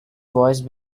voice